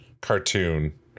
cartoon